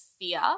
fear